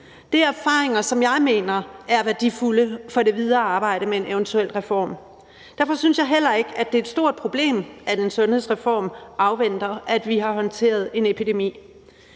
er erfaringer, som jeg mener er værdifulde for det videre arbejde med en eventuel reform. Derfor synes jeg heller ikke, at det er et stort problem, at en sundhedsreform afventer, at vi har håndteret en epidemi.